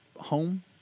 home